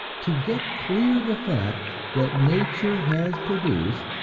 to get clear the fact that nature has produced,